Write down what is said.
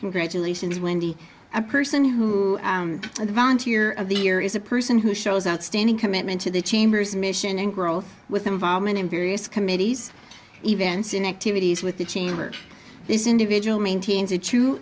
congratulations wendy a person who the volunteer of the year is a person who shows outstanding commitment to the chamber's mission and growth with involvement in various committees events and activities with the chamber this individual maintains a true